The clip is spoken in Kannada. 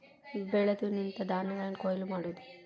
ಬೆಳೆದು ನಿಂತ ಧಾನ್ಯಗಳನ್ನ ಕೊಯ್ಲ ಮಾಡುದು